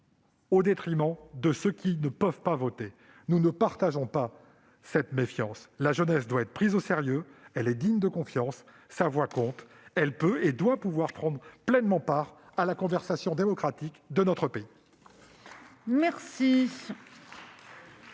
de vote envers ceux qui en sont dépourvus. Nous ne partageons pas cette méfiance. La jeunesse doit être prise au sérieux. Elle est digne de confiance. Sa voix compte. Elle peut et doit pouvoir prendre pleinement part à la conversation démocratique de notre pays. La